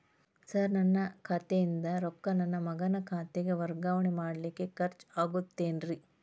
Sir ನನ್ನ ಖಾತೆಯಿಂದ ರೊಕ್ಕ ನನ್ನ ಮಗನ ಖಾತೆಗೆ ವರ್ಗಾವಣೆ ಮಾಡಲಿಕ್ಕೆ ಖರ್ಚ್ ಆಗುತ್ತೇನ್ರಿ?